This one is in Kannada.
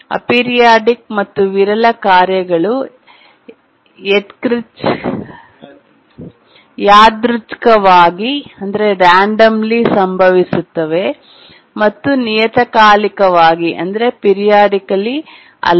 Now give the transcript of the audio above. ಅಪೆರಿಯೋಡಿಕ್ ಮತ್ತು ವಿರಳ ಕಾರ್ಯಗಳು ಯಾದೃಚ್ಕವಾಗಿ ರಾಂಡಮ್ಲಿ ಸಂಭವಿಸುತ್ತವೆ ಮತ್ತು ನಿಯತಕಾಲಿಕವಾಗಿ ಪೀರಿಯೋಡಿಕಲಿ ಅಲ್ಲ